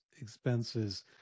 expenses